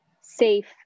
safe